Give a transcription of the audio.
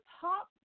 top